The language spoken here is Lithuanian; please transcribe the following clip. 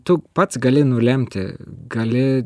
tu pats gali nulemti gali